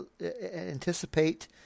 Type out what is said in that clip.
anticipate